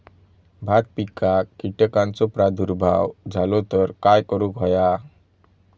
भात पिकांक कीटकांचो प्रादुर्भाव झालो तर काय करूक होया?